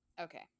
okay